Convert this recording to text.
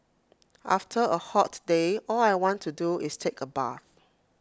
after A hot day all I want to do is take A bath